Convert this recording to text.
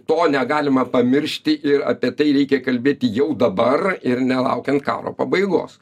to negalima pamiršti ir apie tai reikia kalbėti jau dabar ir nelaukiant karo pabaigos